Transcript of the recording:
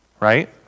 right